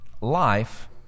life